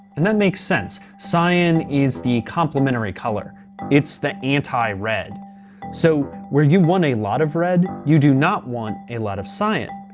and that makes sense. cyan is the complementary color it's the anti-red. so where you want a lot of red, you do not want a lot of cyan.